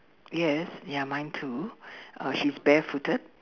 yes ya mine too uh she's barefooted